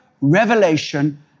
revelation